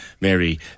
Mary